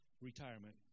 retirement